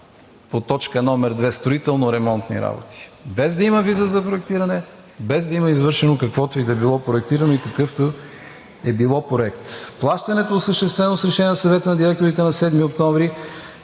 по точка номер 2 – „Строително ремонти работи“, без да има виза за проектиране, без да има извършено каквото и да било проектиране и какъвто и да е било проект. Плащането е осъществено с решение на съвета на директорите на 7 октомври.